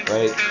Right